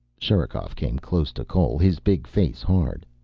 sherikov came close to cole, his big face hard.